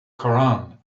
koran